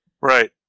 Right